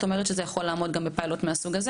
את אומרת שזה יכול לעמוד גם כפיילוט מהסוג הזה,